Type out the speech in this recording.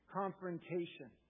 confrontation